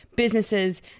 Businesses